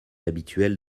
habituelle